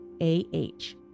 A-H